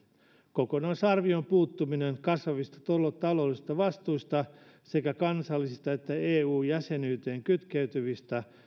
kokonaisarvion puuttuminen kasvavista taloudellista vastuista sekä kansallisista että eu jäsenyyteen kytkeytyvistä